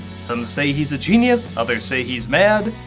some say he's a genius, others say he's mad.